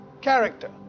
character